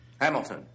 Hamilton